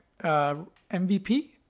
MVP